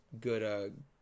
good